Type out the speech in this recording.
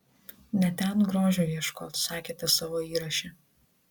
ne ten grožio ieškot sakėte savo įraše